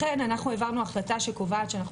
לכן אנחנו העברנו החלטה שקובעת שאנחנו